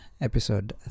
Episode